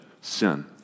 sin